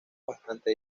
bastante